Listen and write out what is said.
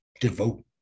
devote